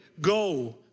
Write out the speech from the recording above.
Go